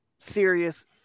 Serious